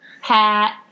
hat